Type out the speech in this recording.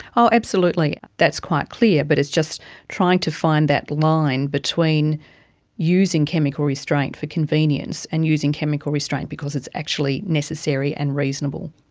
oh absolutely, that's quite clear, but it's just trying to find that line between using chemical restraint for convenience and using chemical restraint because it's actually necessary and reasonable.